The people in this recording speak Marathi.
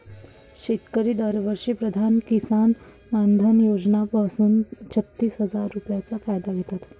शेतकरी दरवर्षी पंतप्रधान किसन मानधन योजना पासून छत्तीस हजार रुपयांचा फायदा घेतात